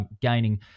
gaining